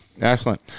Excellent